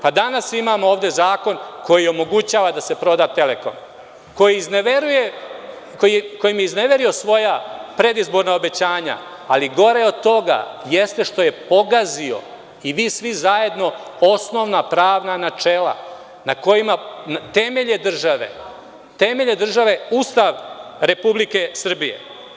Danas imamo ovde zakon koji omogućava da se proda „Telekom“, kojim je izneverio svoja predizborna obećanja, ali gore od toga jeste što je pogazio i vi svi zajedno, osnovna pravna načela na kojima je temelje države, Ustav Republike Srbije.